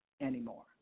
anymore